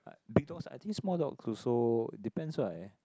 like big dogs I think small dog also depends right